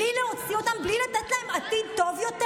בלי להוציא אותם ובלי לתת להם עתיד טוב יותר.